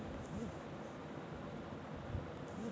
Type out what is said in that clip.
লীযের ব্যাংকে যদি কেউ লিজেঁকে টাকা পাঠায়